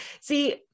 See